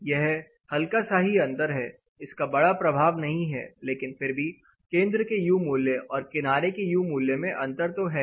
यह हल्का सा ही अंतर है इसका बड़ा प्रभाव नहीं है लेकिन फिर भी केंद्र के यू मूल्य और किनारे के यू मूल्य में अंतर तो है ही